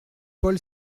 paul